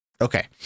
Okay